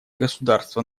государства